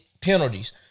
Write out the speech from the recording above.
penalties